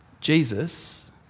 Jesus